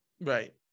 right